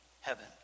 heaven